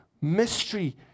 mystery